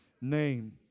name